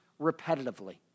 repetitively